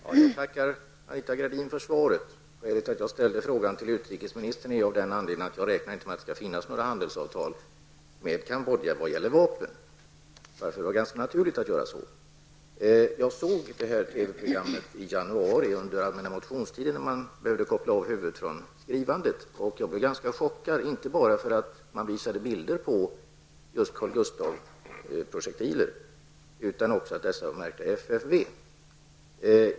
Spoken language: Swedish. Herr talman! Jag tackar Anita Gradin för svaret. Skälet till att jag ställde frågan till utrikesministern var att jag inte räknar med att det skall finnas några handelsavtal med Cambodja när det gäller vapen. Det var därför ganska naturligt att göra så. Jag såg TV-programmet i fråga under allmänna motionstiden i januari vid ett tillfälle då jag behövde koppla av från skrivandet. Jag blev ganska chockad, inte bara för att man visade bilder på just Carl Gustaf-projektiler utan också över att dessa var märkta FFV.